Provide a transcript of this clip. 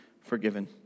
forgiven